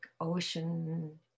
Ocean